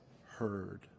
heard